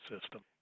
system